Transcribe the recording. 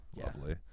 Lovely